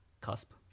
cusp